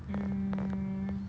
mm